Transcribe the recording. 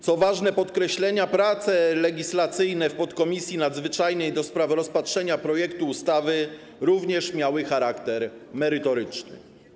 Co ważne podkreślenia, prace legislacyjne w podkomisji nadzwyczajnej ds. rozpatrzenia projektu ustawy również miały charakter merytoryczny.